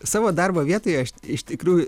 savo darbo vietoje aš iš tikrųjų